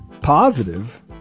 positive